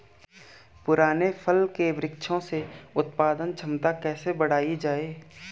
पुराने फल के वृक्षों से उत्पादन क्षमता कैसे बढ़ायी जाए?